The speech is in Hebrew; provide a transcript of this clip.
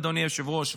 אדוני היושב-ראש,